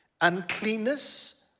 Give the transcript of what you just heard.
uncleanness